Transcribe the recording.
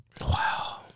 Wow